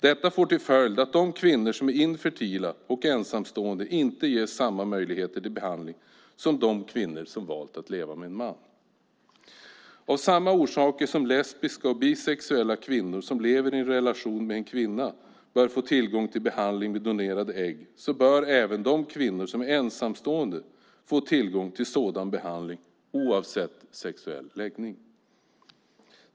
Detta får till följd att de kvinnor som är infertila och ensamstående inte ges samma möjligheter till behandling som de kvinnor som valt att leva med en man. Av samma orsaker som lesbiska och bisexuella kvinnor som lever i en relation med en kvinna bör få tillgång till behandling med donerade ägg bör även de kvinnor som är ensamstående få tillgång till sådan behandling oavsett sexuell läggning.